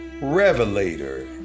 revelator